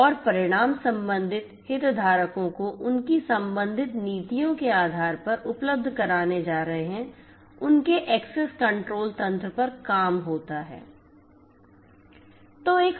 और परिणाम संबंधित हितधारकों को उनकी संबंधित नीतियों के आधार पर उपलब्ध कराने जा रहे हैं उनके एक्सेस कण्ट्रोल तंत्र पर काम होता है